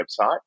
website